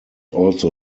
also